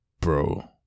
bro